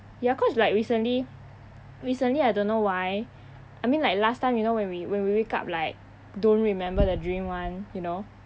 ya cause like recently recently I don't know why I mean like last time you know when we when we wake up like don't remember the dream [one] you know